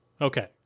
Okay